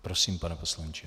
Prosím, pane poslanče.